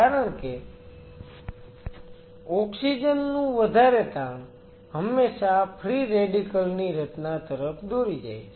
કારણ કે ઓક્સિજન નું વધારે તાણ હંમેશા ફ્રી રેડીકલ ની રચના તરફ દોરી જાય છે